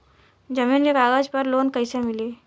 जमीन के कागज पर लोन कइसे मिली?